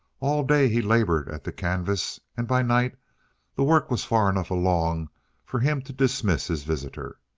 all day he labored at the canvas, and by night the work was far enough along for him to dismiss his visitor.